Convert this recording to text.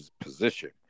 position